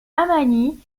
amami